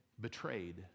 betrayed